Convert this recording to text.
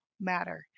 matter